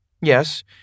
Yes